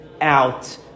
out